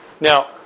Now